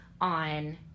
on